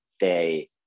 they-